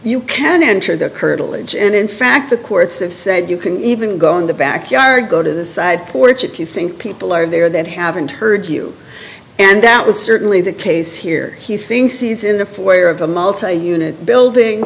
you can enter the curtilage and in fact the courts have said you can even go in the back yard go to the side porch if you think people are there that haven't heard you and that was certainly the case here he thinks he's in the four year of a multi unit building